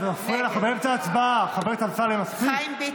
נגד חיים ביטון,